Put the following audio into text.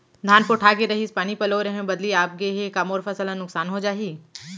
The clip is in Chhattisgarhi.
धान पोठागे रहीस, पानी पलोय रहेंव, बदली आप गे हे, का मोर फसल ल नुकसान हो जाही?